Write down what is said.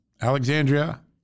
Alexandria